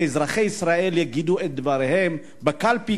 ושאזרחי ישראל יגידו את דברם בקלפי,